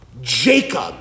Jacob